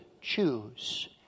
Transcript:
Choose